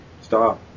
Stop